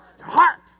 heart